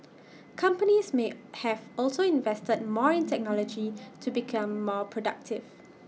companies may have also invested more in technology to become more productive